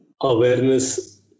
awareness